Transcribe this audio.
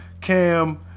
Cam